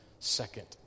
second